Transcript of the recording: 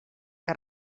que